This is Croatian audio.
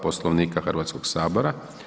Poslovnika Hrvatskoga sabora.